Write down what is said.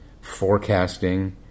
forecasting